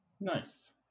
nice